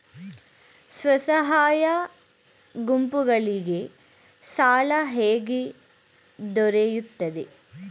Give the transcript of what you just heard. ಸ್ವಸಹಾಯ ಗುಂಪುಗಳಿಗೆ ಸಾಲ ಹೇಗೆ ದೊರೆಯುತ್ತದೆ?